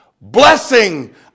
blessing